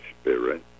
Spirit